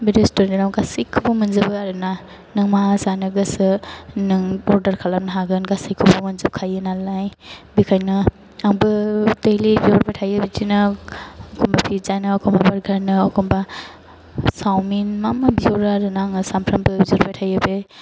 बे रेस्टुरेन्ट आव गासैखौबो मोनजोबो आरो ना नों मा जानो गोसो नों अर्दार खालामनो हागोन गासैखौबो मोनजोबखायो नालाय बेनिखायनो आंबो दैलि बिहरबाय थायो बिदिनो एखनबा पिज्जा नो एखनबा बार्गार नो एखनबा चावमिन मा मा बिहरो आरो ना आङो सानफ्रोमबो बिहरबाय थायो बे